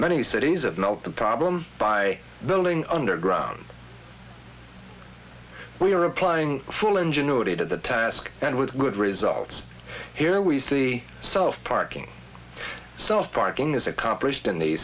many cities of not the problem by the lng underground we are applying full ingenuity to the task and with good results here we see self parking self parking is accomplished in the